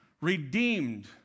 redeemed